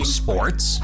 sports